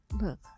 look